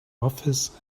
office